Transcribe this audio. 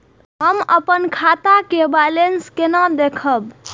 हम अपन खाता के बैलेंस केना देखब?